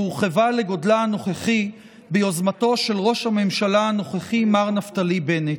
והורחבה לגודלה הנוכחי ביוזמתו של ראש הממשלה הנוכחי מר נפתלי בנט.